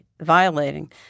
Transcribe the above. violating